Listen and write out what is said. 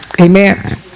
Amen